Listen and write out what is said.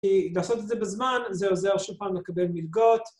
כי לעשות את זה בזמן זה עוזר שוב פעם לקבל מלגות.